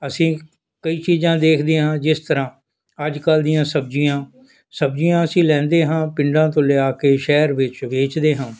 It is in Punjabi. ਅਸੀਂ ਕਈ ਚੀਜ਼ਾਂ ਦੇਖਦੇ ਹਾਂ ਜਿਸ ਤਰ੍ਹਾਂ ਅੱਜ ਕੱਲ੍ਹ ਦੀਆਂ ਸਬਜ਼ੀਆਂ ਸਬਜ਼ੀਆਂ ਅਸੀਂ ਲੈਂਦੇ ਹਾਂ ਪਿੰਡਾਂ ਤੋਂ ਲਿਆ ਕੇ ਸ਼ਹਿਰ ਵਿੱਚ ਵੇਚਦੇ ਹਾਂ